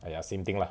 !aiya! same thing lah